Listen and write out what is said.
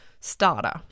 starter